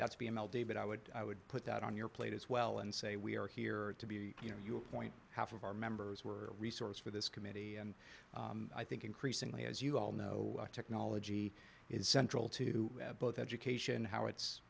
that's be a male david i would i would put that on your plate as well and say we are here to be you know your point half of our members were a resource for this committee and i think increasingly as you all know technology is central to both education how it's